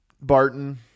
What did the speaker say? Barton